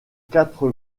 quatre